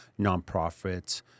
nonprofits